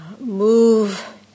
move